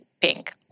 pink